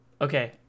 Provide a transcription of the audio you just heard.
Okay